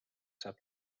saab